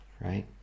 right